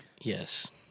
yes